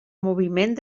moviment